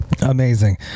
amazing